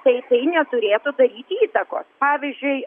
tai tai neturėtų daryti įtakos pavyzdžiui